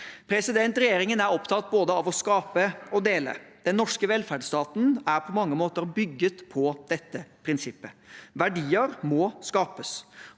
økonomi. Regjeringen er opptatt av både å skape og å dele. Den norske velferdsstaten er på mange måter bygget på dette prinsippet. Verdier må skapes,